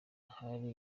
hari